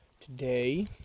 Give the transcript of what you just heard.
today